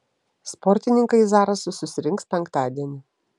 sportininkai į zarasus susirinks penktadienį